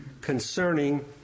concerning